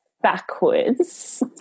backwards